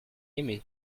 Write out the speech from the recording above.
aimé